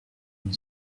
and